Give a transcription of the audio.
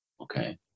okay